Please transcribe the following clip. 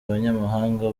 abanyamahanga